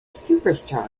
superstars